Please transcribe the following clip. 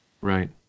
Right